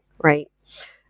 right